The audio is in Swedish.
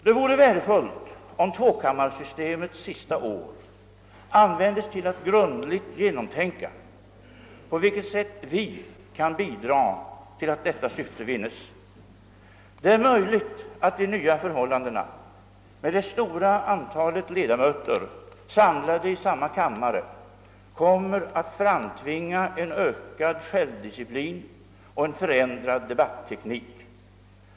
Det vore värdefullt om tvåkammarsystemets sista år användes till att grundligt genomtänka på vilket sätt vi kan bidra till att detta syfte vinnes. Det är möjligt att de nya förhållandena med det stora antalet ledamöter samlade i en kammare kommer att framtvinga en ökad självdisciplin och en förändrad debatteknik.